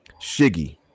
Shiggy